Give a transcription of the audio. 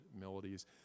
melodies